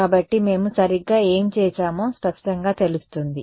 కాబట్టి మేము సరిగ్గా ఏమి చేసామో స్పష్టంగా తెలుస్తుంది